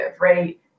right